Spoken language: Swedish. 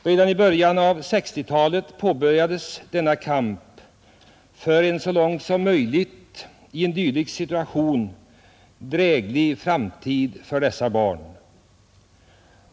Redan i början av 1960-talet påbörjades denna kamp för en så långt som möjligt i en dylik situation dräglig framtid för dessa barn.